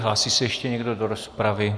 Hlásí se ještě někdo do rozpravy?